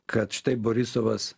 kad štai borisovas